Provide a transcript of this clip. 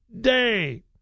day